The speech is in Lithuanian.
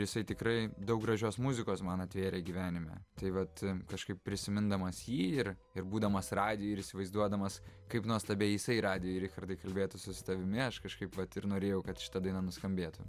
jisai tikrai daug gražios muzikos man atvėrė gyvenime tai vat kažkaip prisimindamas jį ir ir būdamas radijuj ir įsivaizduodamas kaip nuostabiai jisai radijuj richardai kalbėtųsi su tavimi aš kažkaip vat ir norėjau kad šita daina nuskambėtų